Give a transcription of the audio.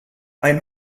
ein